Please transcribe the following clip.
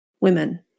women